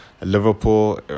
Liverpool